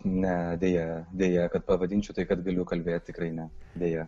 ne deja deja kad pavadinčiau tai kad galiu kalbėti tikrai ne deja